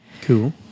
Cool